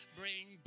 bring